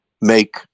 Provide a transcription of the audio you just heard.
make